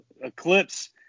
Eclipse